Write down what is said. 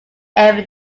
ever